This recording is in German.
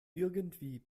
irgendwie